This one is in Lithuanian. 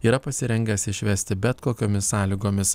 yra pasirengęs išvesti bet kokiomis sąlygomis